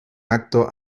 acto